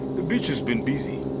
the beach has been busy.